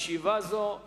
ישיבה זו נעולה.